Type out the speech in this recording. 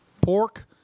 pork